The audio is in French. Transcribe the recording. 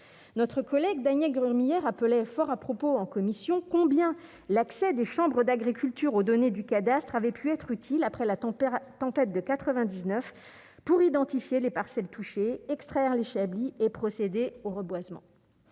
notre collègue Daniel Gremillet rappelait fort à propos, en commission, combien l'accès des chambres d'agriculture aux données du cadastre, avaient pu être utile après la tempête, tempête de 99 pour identifier les parcelles touchées extraire les chablis et procéder au reboisement,